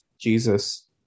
Jesus